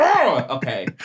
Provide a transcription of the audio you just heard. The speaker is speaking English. Okay